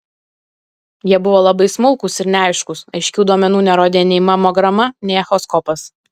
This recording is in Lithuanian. jie buvo labai smulkūs ir neaiškūs aiškių duomenų nerodė nei mamograma nei echoskopas